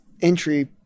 entry